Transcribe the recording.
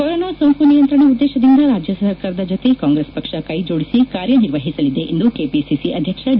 corona ಸೋಂಕು ನಿಯಂತ್ರಣ ಉದ್ದೇಶದಿಂದ ರಾಜ್ಯ ಸರ್ಕಾರದ ಜತೆ ಕಾಂಗ್ರೆಸ್ ಪಕ್ಷ ಕೈ ಜೋಡಿಸಿ ಕಾರ್ಯನಿರ್ವಹಿಸಲಿದೆ ಎಂದು ಕೆಪಿಸಿಸಿ ಅಧ್ಯಕ್ಷ ಡಿ